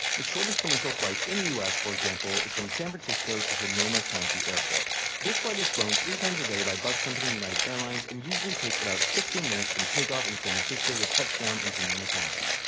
the shortest commercial flight in the us, for example, is from san francisco to sonoma county airport. this flight is flown three times a day by bus company united airlines and usually takes only sixteen minutes from takeoff in san francisco to touchdown in sonoma county.